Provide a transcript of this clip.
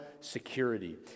security